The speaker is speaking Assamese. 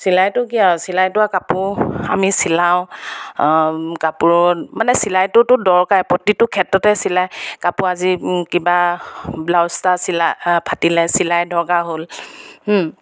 চিলাইটো কি আৰু চিলাইটো কাপোৰ আমি চিলাওঁ কাপোৰত মানে চিলাইটোতো দৰকাৰ প্ৰতিটো ক্ষেত্ৰতে চিলাই কাপোৰ আজি কিবা ব্লাউজ এটা চিলা ফাটিলে চিলাই দৰকাৰ হ'ল